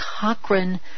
Cochrane